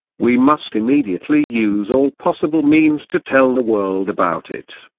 we must immediately use all possible means to tell the world about it.